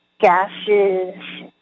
gases